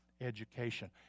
education